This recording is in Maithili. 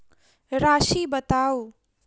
राशि बताउ